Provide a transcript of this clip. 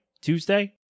Tuesday